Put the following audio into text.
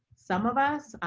some of us,